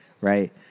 Right